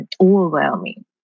overwhelming